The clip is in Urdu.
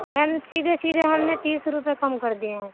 میم سیدھے سیدھے ہم نے تیس روپیے کم کر دیے ہیں